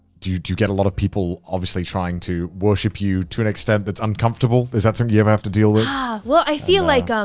do you get a lot of people obviously trying to worship you to an extent that's uncomfortable? is that something you ever have to deal with? ah well, i feel like. um